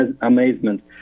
amazement